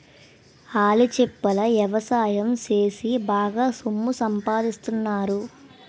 ఆల్చిప్పల ఎవసాయం సేసి బాగా సొమ్ము సంపాదిత్తన్నారు